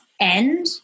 end